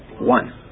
One